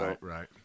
right